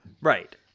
Right